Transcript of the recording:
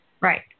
Right